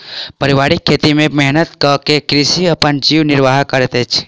पारिवारिक खेत में मेहनत कअ के कृषक अपन जीवन निर्वाह करैत अछि